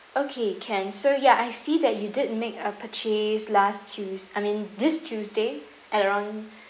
okay can so ya I see that you did make a purchase last tues~ I mean this tuesday at around